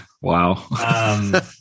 wow